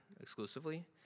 exclusively